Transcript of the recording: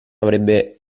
avrebbe